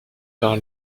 par